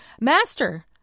Master